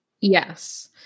Yes